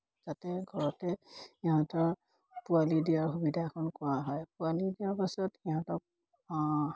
যাতে ঘৰতে সিহঁতৰ পোৱালি দিয়াৰ সুবিধাকণ কৰা হয় পোৱালি দিয়াৰ পাছত সিহঁতক